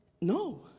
no